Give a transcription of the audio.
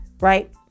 Right